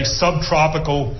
subtropical